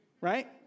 right